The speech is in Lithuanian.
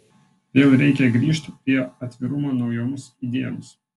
vėl reikia grįžt prie atvirumo naujoms idėjoms